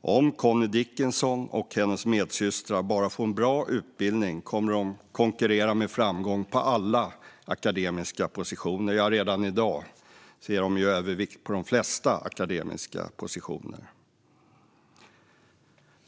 Om Connie Dickinson och hennes medsystrar bara får en bra utbildning kommer de konkurrera med framgång på alla akademiska positioner. Redan i dag är kvinnor i övervikt på de flesta akademiska positioner.